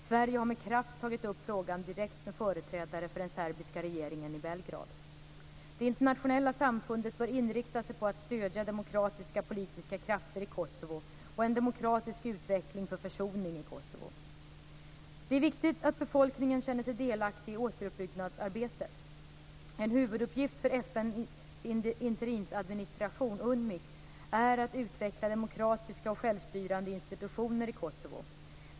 Sverige har med kraft tagit upp frågan direkt med företrädare för den serbiska regeringen i Belgrad. Det internationella samfundet bör inrikta sig på att stödja demokratiska politiska krafter i Kosovo, och en demokratisk utveckling för försoning i Kosovo. Det är viktigt att befolkningen i Kosovo känner sig delaktig i återuppbyggnadsarbetet. En huvuduppgift för FN:s interimsadministration är att utveckla demokratiska och självstyrande institutioner i Kosovo.